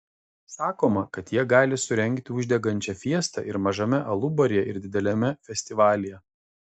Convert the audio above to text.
sakoma kad jie gali surengti uždegančią fiestą ir mažame alubaryje ir dideliame festivalyje